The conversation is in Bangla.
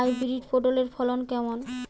হাইব্রিড পটলের ফলন কেমন?